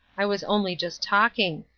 i was only just talking.